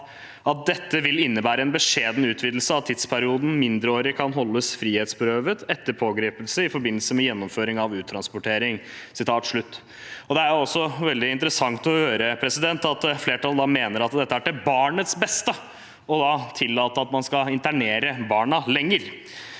at «dette vil innebære en beskjeden utvidelse av tidsperioden en mindreårig kan holdes frihetsberøvet etter pågripelse i forbindelse med gjennomføring av uttransportering». Det er veldig interessant å høre at flertallet mener at det er til barnets beste å tillate at man skal internere barn lenger.